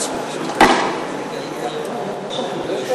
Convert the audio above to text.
תבוא,